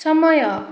ସମୟ